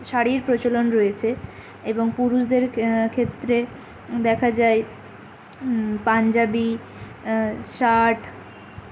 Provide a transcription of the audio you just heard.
শাড়ির প্রচলন রয়েছে এবং পুরুষদের ক্ষেত্রে দেখা যায় পাঞ্জাবি শার্ট